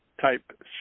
type